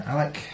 Alec